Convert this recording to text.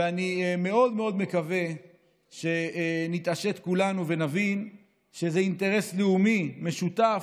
ואני מאוד מאוד מקווה שנתעשת כולנו ונבין שזה אינטרס לאומי משותף,